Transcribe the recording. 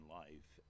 life